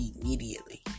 immediately